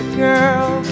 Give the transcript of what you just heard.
girl